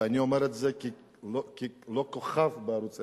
ואני אומר את זה כלא-כוכב בערוץ-10,